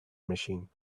machine